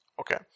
Okay